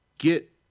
Get